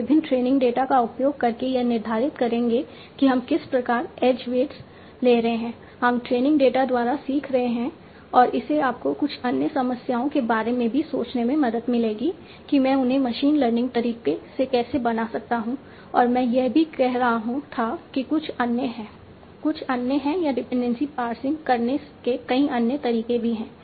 हम विभिन्न training data का उपयोग करके यह निर्धारित करेंगे कि हम किस प्रकार एज वेट्स ले रहे हैं हम ट्रेनिंग डेटा द्वारा सीख रहे हैं और इससे आपको कुछ अन्य समस्याओं के बारे में भी सोचने में मदद मिलेगी कि मैं उन्हें मशीन लर्निंग तरीके से कैसे बना सकता हूं और मैं यह भी कह रहा था कि कुछ अन्य हैं कुछ अन्य हैं या डिपेंडेंसी पार्सिंग करने के कई अन्य तरीके भी हैं